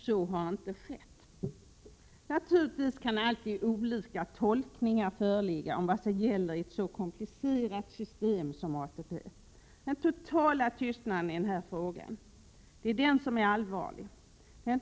Så har inte skett. Naturligtvis kan alltid olika tolkningar föreligga om vad som gäller i ett så komplicerat system som ATP. Det som är det allvarliga är den totala tystnaden i den här frågan. Den tyder på att mina synpunkter är ”delikata”. Prot.